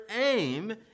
aim